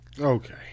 Okay